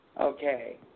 Okay